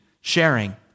sharing